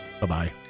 Bye-bye